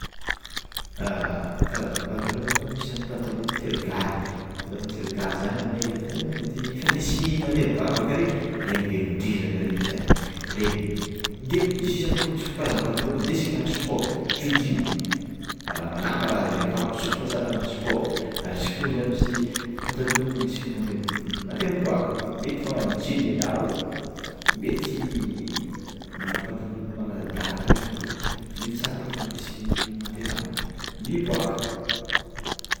Karazagna patalôgno misy zany patalôgno terigaly patalôgno terigaly zany aminay le hitanao le fandesina mandeha mivavaka regny regny velondriragna regny zagny regny, de izy io zany ko misy karazagna patalôgno ndesiny ammin'ny sport jogging malamalama raha zany akao souple tsara agnagno sport ary zio misy koa zany patalôgno mandeha mandeha mibôaka mety mangnano jean enao mety magnano patalôgno malaladalaka regny anao mety tsy araka fandesina mandeha miboaka.